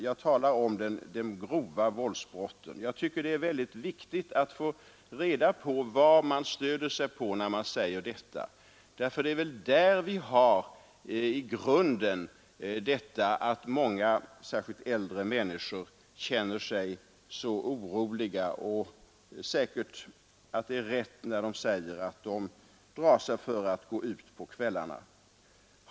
Jag tycker det är viktigt att få reda på vad man stöder sig på när man säger detta, därför att det är väl sådana påståenden som är grunden till att många, särskilt äldre människor känner sig så oroliga; det är säkert riktigt som de säger, att de drar sig för att gå ut på kvällarna.